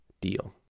deal